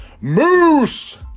Moose